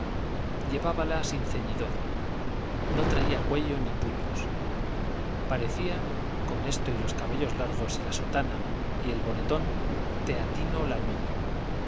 azul llevábala sin ceñidor no traía cuello ni puños parecía con esto y los cabellos largos y la sotana y el bonetón teatino lanudo